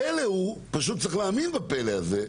הפלא הוא, פשוט צריך להאמין בפלא הזה,